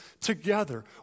together